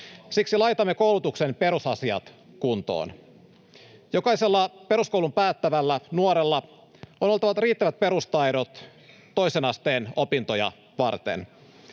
Siksi laitamme koulutuksen perusasiat kuntoon. Jokaisella peruskoulun päättävällä nuorella on oltava riittävät perustaidot toisen asteen opintoja varten.